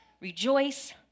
rejoice